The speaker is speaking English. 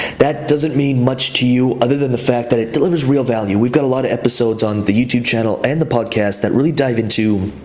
that doesn't mean much to you other than the fact that it delivers real value. we've got a lot of episodes on the youtube channel and the podcast that really dive into